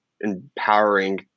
empowering